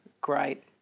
Great